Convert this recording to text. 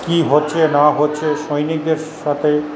কি হচ্ছে না হচ্ছে সৈনিকের সাথে